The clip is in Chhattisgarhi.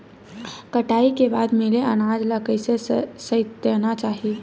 कटाई के बाद मिले अनाज ला कइसे संइतना चाही?